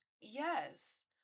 Yes